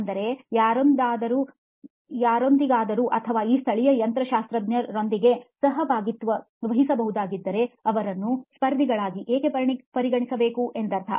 ಅಂದರೆ ಯಾರೊಂದಿಗಾದರೂ ಅಥವಾ ಈ ಸ್ಥಳೀಯ ಯಂತ್ರಶಾಸ್ತ್ರಜ್ಞರೊಂದಿಗೆ ಸಹಭಾಗಿತ್ವ ವಹಿಸಬಹುದಾಗಿದ್ದರೆ ಅವರನ್ನು ಸ್ಪರ್ಧಿಗಳಾಗಿ ಏಕೆ ಪರಿಗಣಿಸಬೇಕು ಎಂದರ್ಥ